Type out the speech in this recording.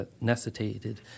necessitated